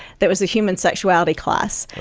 that was a human sexuality class,